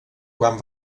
quan